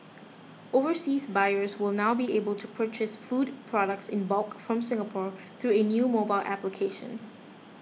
overseas buyers will now be able to purchase food products in bulk from Singapore through a new mobile application